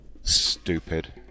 Stupid